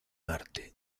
arte